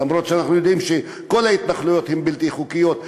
למרות שאנחנו יודעים שכל ההתנחלויות הן בלתי חוקיות,